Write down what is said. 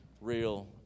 real